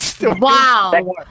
Wow